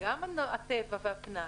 גם הטבע והפנאי,